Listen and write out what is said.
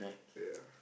ya